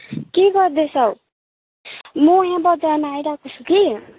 के गर्दै छौ म यहाँ बाटोमा आइरहेको छु कि